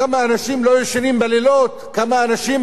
כמה אנשים